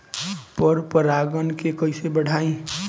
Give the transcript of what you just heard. पर परा गण के कईसे बढ़ाई?